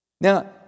Now